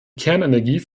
kernenergie